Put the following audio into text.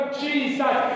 jesus